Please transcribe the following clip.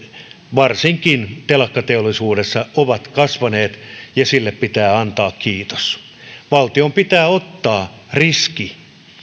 varsinkin telakkateollisuudessa ovat kasvaneet ja siitä pitää antaa kiitos valtion pitää ottaa riski